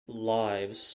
lives